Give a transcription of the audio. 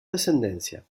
descendencia